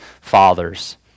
fathers